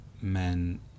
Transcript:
men